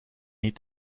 need